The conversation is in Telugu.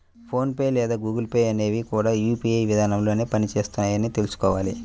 ఫోన్ పే లేదా గూగుల్ పే అనేవి కూడా యూ.పీ.ఐ విధానంలోనే పని చేస్తున్నాయని తెల్సుకోవాలి